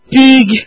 big